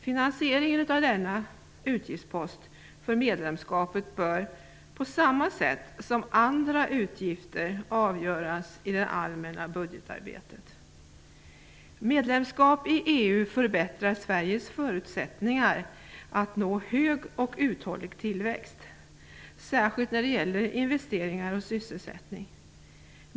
Finansieringen av denna utgiftspost för medlemskapet bör på samma sätt som andra utgifter avgöras i det allmänna budgetarbetet. Medlemskap i EU förbättrar Sveriges förutsättningar att nå hög och uthållig tillväxt, särskilt när det gäller investeringar och sysselsättning.